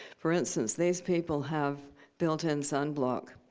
for instance, these people have built-in sunblock.